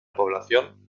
población